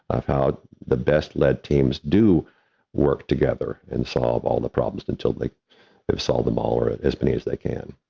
of how the best led teams do work together and solve all the problems until they like have solved them all or as many as they can.